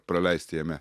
praleist jame